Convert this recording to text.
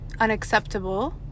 unacceptable